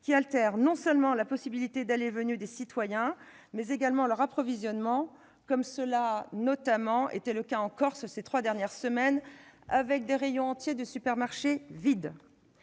qui altèrent non seulement la possibilité d'aller et de venir des citoyens, mais également leur approvisionnement. Cela a été notamment le cas en Corse, ces trois dernières semaines, où des rayons entiers de supermarchés étaient